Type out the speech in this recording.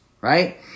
right